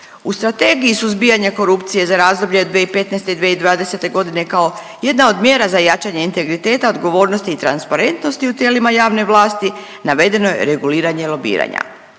U Strategiji suzbijanja korupcije za razdoblje od 2015. – 2020. godine kao jedna od mjera za jačanje integriteta odgovornosti i transparentnosti u tijelima javne vlasti navedeno je reguliranje lobiranja.